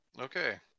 okay